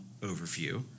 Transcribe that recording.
overview